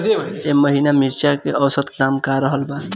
एह महीना मिर्चा के औसत दाम का रहल बा?